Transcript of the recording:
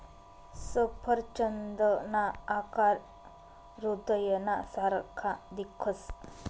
सफरचंदना आकार हृदयना सारखा दिखस